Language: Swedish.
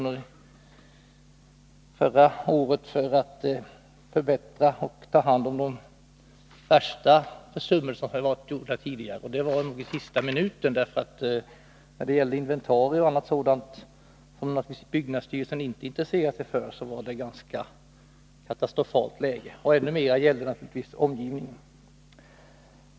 — jag har tagit reda på detta tidigare — för att avhjälpa de värsta av de tidigare försummelserna. Det vari sista minuten. I fråga om inventarier och annat, som byggnadsstyrelsen naturligtvis inte intresserar sig för, var läget katastrofalt. Detta gällde naturligtvis ännu mera omgivningen.